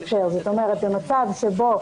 זאת אומרת, במצב שבו